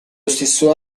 stesso